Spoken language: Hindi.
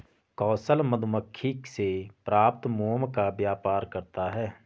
कौशल मधुमक्खी से प्राप्त मोम का व्यापार करता है